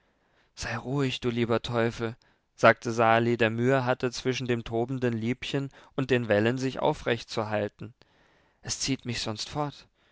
sei ruhig du lieber teufel sagte sali der mühe hatte zwischen dem tobenden liebchen und den wellen sich aufrechtzuhalten es zieht mich sonst fort